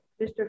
Mr